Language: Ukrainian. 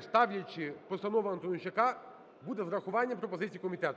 ставлячи постанову Антонищака, буде з врахування пропозицій комітет.